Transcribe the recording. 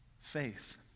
faith